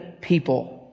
people